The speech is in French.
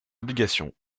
obligations